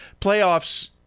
playoffs